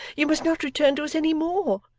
you must not return to us any more.